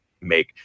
make